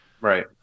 right